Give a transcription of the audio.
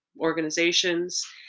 organizations